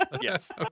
yes